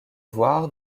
voir